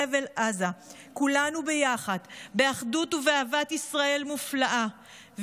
חבל עזה, כולנו ביחד, באחדות ובאהבת ישראל מופלאה.